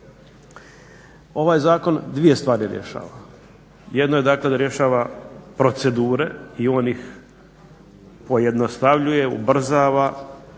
Ovaj zakon dvije stvari rješava, jedno je dakle da rješava procedure i on ih pojednostavljuje, ubrzava